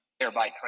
thereby